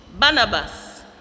Barnabas